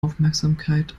aufmerksamkeit